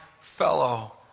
fellow